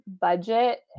budget